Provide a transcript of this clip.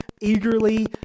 eagerly